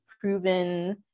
proven